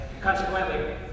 consequently